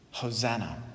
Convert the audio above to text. Hosanna